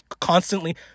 constantly